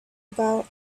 about